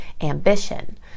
ambition